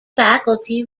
faculty